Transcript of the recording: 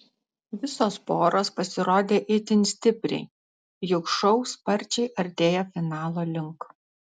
visos poros pasirodė itin stipriai juk šou sparčiai artėja finalo link